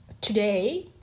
Today